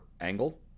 angle